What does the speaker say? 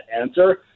answer